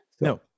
no